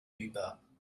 über